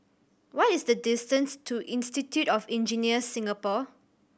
what is the distance to Institute of Engineers Singapore